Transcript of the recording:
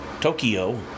tokyo